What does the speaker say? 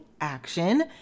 action